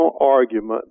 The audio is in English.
argument